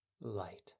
light